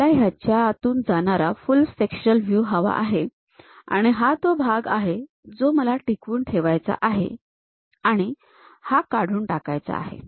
मला याच्यातून जाणारा फुल सेक्शनल व्ह्यू हवा आणि हा तो भाग आहे जो मला टिकवून ठेवायचा आहे आणि हा काढून टाकायचा आहे